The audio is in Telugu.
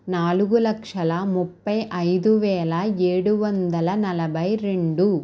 నాలుగు లక్షల ముప్పై ఐదు వేల ఏడు వందల నలభై రెండు